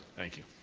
thank you.